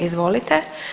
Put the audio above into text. Izvolite.